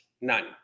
None